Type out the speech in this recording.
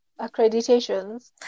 accreditations